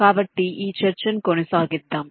కాబట్టి చర్చను కొనసాగిద్దాం